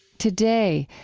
today,